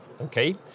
okay